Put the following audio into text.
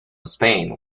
spain